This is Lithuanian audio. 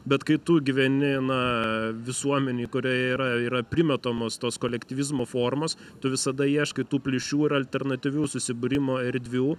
bet kai tu gyveni na visuomenėj kurioje yra yra primetamos tos kolektyvizmo formos tu visada ieškai tų plyšių ir alternatyvių susibūrimo erdvių